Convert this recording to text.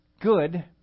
good